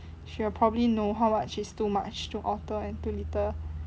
she'll probably know how much is too much to alter and too little